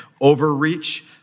overreach